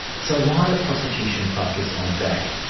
so why the prosecution focus on szach?